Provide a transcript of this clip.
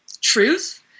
truth